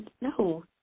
no